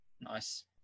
Nice